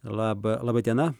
laba laba diena